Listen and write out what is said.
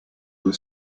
were